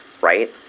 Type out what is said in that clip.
right